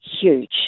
huge